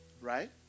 Right